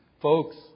Folks